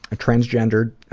a transgendered, ah,